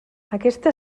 aquesta